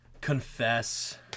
confess